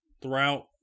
throughout